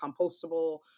compostable